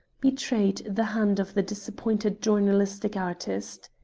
betrayed the hand of the disappointed journalistic artist.